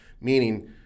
Meaning